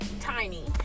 tiny